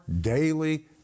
daily